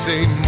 Say